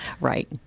Right